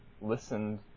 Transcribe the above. listened